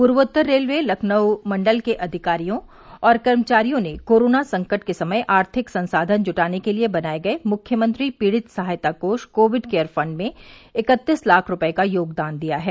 पूर्वोत्तर रेलवे लखनऊ मण्डल के अधिकारियों और कर्मचारियों ने कोरोना संकट के समय आर्थिक संसाधन जुटाने के लिए बनाए गए मुख्यमंत्री पीड़ित सहायता कोष कोविड केयर फण्ड में इकत्तीस लाख रूपये का योगदान दिया है